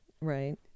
Right